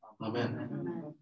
Amen